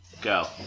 Go